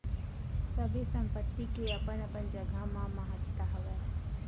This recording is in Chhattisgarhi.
सबे संपत्ति के अपन अपन जघा म महत्ता हवय